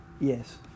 Yes